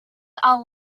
are